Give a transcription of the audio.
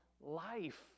life